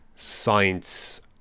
Science